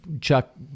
chuck